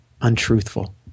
untruthful